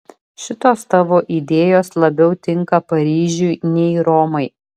šitos tavo idėjos labiau tinka paryžiui nei romai